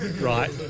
right